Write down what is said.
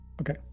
Okay